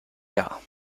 jahr